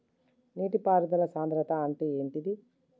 నీటి పారుదల సంద్రతా అంటే ఏంటిది?